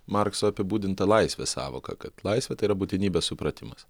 markso apibūdinta laisvės sąvoka kad laisvė tai yra būtinybės supratimas